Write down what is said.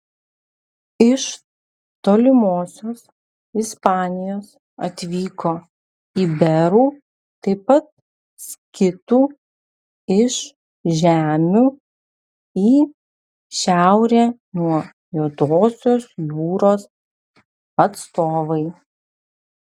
iš tolimosios ispanijos atvyko iberų taip pat skitų iš žemių į šiaurę nuo juodosios jūros atstovai